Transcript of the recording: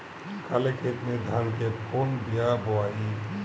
खाले खेत में धान के कौन बीया बोआई?